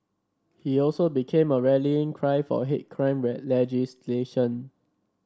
he also became a rallying cry for hate crime legislation